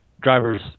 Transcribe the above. drivers